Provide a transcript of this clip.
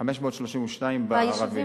532 בערביים.